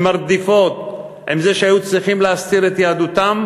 עם הרדיפות, עם זה שהיו צריכים להסתיר את יהדותם,